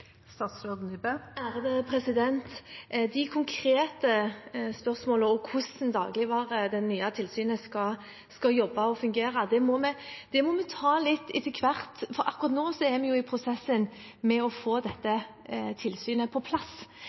De konkrete spørsmålene om hvordan det nye tilsynet skal jobbe og fungere, må vi ta litt etter hvert. Akkurat nå er vi i prosessen med å få dette tilsynet på plass.